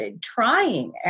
trying